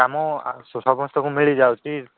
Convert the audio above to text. କାମ ସମସ୍ତଙ୍କୁ ମିଳିଯାଉଛି